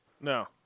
No